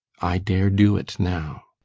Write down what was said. i dare do it now.